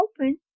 open